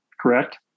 correct